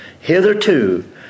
Hitherto